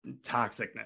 toxicness